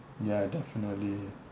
ya definitely